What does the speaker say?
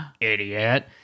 idiot